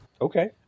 Okay